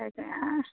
তাকে